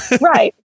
right